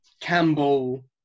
Campbell